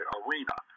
arena